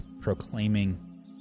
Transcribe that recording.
proclaiming